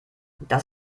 das